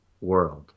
world